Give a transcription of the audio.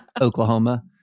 Oklahoma